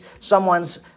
someone's